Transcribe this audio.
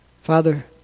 Father